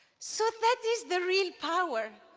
so, that is the real power,